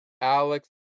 Alex